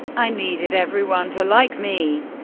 i needed everyone to like me,